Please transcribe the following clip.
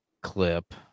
clip